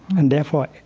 and, therefore,